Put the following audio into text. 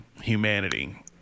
humanity